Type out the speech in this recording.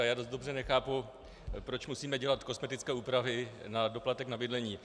Já dost dobře nechápu, proč musíme dělat kosmetické úpravy na doplatek na bydlení.